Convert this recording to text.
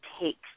takes